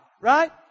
right